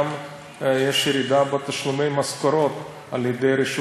גם יש ירידה בתשלומי משכורות על ידי הרשות